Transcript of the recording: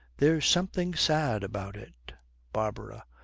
there's something sad about it barbara.